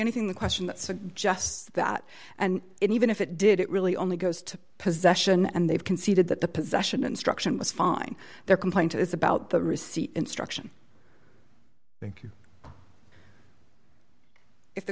anything the question that suggests that and even if it did it really only goes to possession and they've conceded that the possession instruction was fine their complaint is about the receipt instruction thank you if the